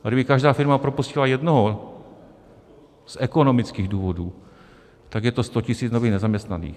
A kdyby každá firma propustila jednoho z ekonomických důvodů, tak je to 100 tisíc nových nezaměstnaných.